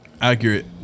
accurate